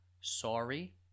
Sorry